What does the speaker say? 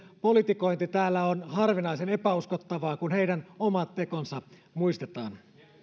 politikointi täällä on harvinaisen epäuskottavaa kun heidän omat tekonsa muistetaan